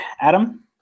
Adam